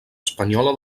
espanyola